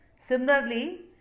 Similarly